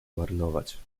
marnować